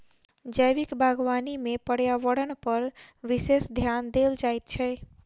जैविक बागवानी मे पर्यावरणपर विशेष ध्यान देल जाइत छै